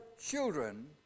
children